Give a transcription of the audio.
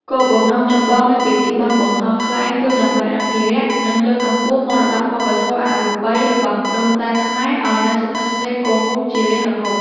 គោលបំណងចម្បងនៃពិធីបុណ្យបង្ហោះខ្លែងគឺដើម្បីអភិរក្ស និងលើកកម្ពស់មរតកវប្បធម៌អរូបីរបស់ដូនតាខ្មែរឱ្យនៅស្ថិតស្ថេរគង់វង្សជារៀងរហូត។